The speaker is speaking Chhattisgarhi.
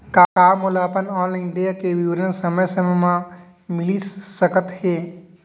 का मोला अपन ऑनलाइन देय के विवरण समय समय म मिलिस सकत हे?